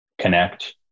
connect